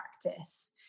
practice